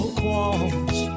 qualms